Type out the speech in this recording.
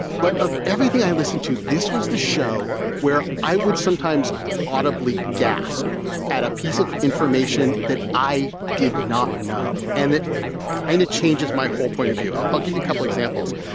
but of everything i listen to. this was the show where i would sometimes audibly gasp at a piece of information that i did not know. and that kind of changes my whole point of view. i'll i'll give you a couple examples.